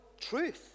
truth